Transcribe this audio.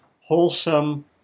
wholesome